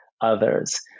others